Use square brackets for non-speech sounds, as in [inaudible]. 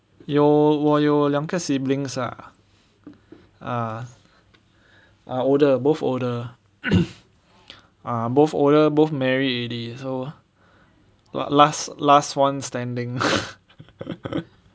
有我有两个 siblings ah err older both older [coughs] ah both older both married already so what last last one standing [laughs]